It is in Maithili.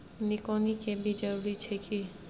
निकौनी के भी जरूरी छै की?